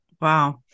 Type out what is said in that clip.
Wow